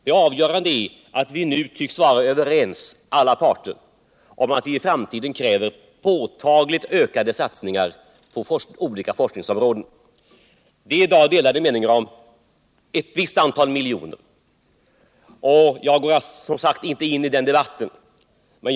Det avgörande är att alla parter nu tycks vara överens om att det i framtiden krävs påtagligt ökade satsningar på olika forskningsområden. Det råder i dag delade meningar om ett visst antal miljoner. Jag går som sagt inte in i den debatten.